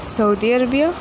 Saudi Arabia